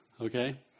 okay